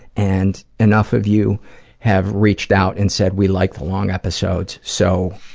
and enough of you have reached out and said, we like the long episodes, so.